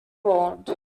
formed